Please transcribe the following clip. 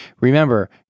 remember